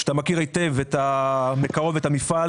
אתה מכיר מקרוב את המפעל.